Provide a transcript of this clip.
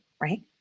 right